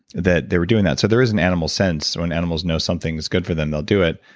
that they were doing that so there is an animal sense, when animals know something is good for them, they'll do it.